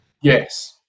Yes